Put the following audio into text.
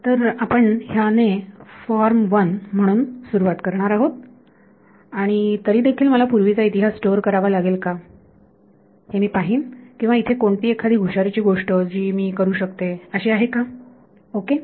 तर आपण ह्या ने फॉर्म वन म्हणून सुरुवात करणार आहोत आणि तरीदेखील मला पूर्वीचा इतिहास स्टोअर करावा लागेल का हे मी पाहीन किंवा इथे कोणती एखादी हुशारीची गोष्ट जी मी करू शकते अशी आहे का ओके